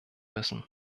müssen